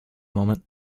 moment